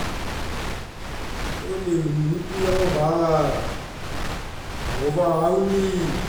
lau aga lau eu nipi agofa'a, agofa'a auni'i